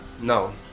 No